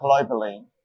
globally